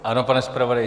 Ano, pane zpravodaji.